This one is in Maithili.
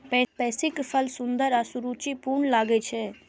पैंसीक फूल सुंदर आ सुरुचिपूर्ण लागै छै